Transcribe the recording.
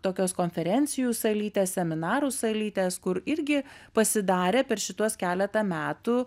tokios konferencijų salytės seminarų salytės kur irgi pasidarė per šituos keletą metų